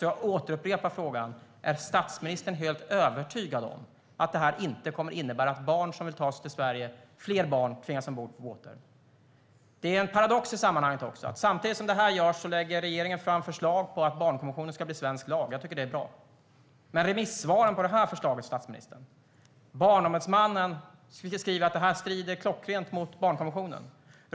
Jag upprepar frågan: Är statsministern helt övertygad om att det här inte kommer att innebära att fler barn som vill ta sig till Sverige tvingas ombord på båtar? Det är en paradox i sammanhanget att samtidigt som det här görs lägger regeringen fram förslag om att barnkonventionen ska bli svensk lag. Jag tycker att det är bra. Men jag tänker på remissvaren i fråga om det här förslaget, statsministern. Barnombudsmannen skriver att det strider klockrent mot barnkonventionen.